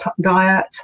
diet